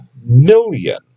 million